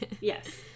Yes